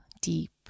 deep